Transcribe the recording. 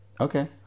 Okay